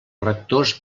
rectors